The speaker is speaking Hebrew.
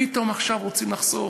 פתאום עכשיו רוצים לחסוך,